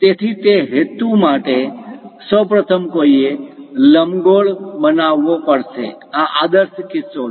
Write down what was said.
તેથી તે હેતુ માટે સૌ પ્રથમ કોઈએ લંબગોળ બનાવવો પડશે આ આદર્શ કિસ્સો છે